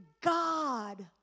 God